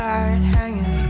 Hanging